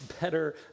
better